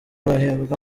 bahembwa